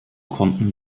konnten